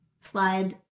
slide